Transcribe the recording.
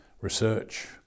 research